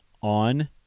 on